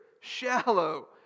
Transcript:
shallow